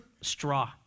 straw